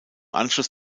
anschluss